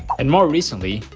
and more recently,